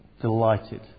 delighted